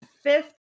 fifth